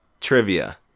trivia